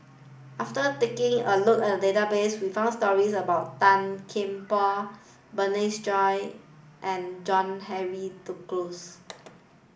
after taking a look at the database we found stories about Tan Kian Por Bernice Ong and John Henry Duclos